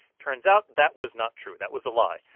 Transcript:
turns out that was not true. that was a lie.